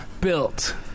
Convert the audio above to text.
Built